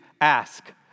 ask